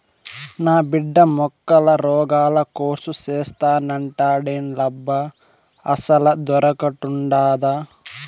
నా బిడ్డ మొక్కల రోగాల కోర్సు సేత్తానంటాండేలబ్బా అసలదొకటుండాదా